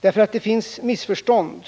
Det förekommer nämligen missförstånd.